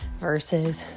versus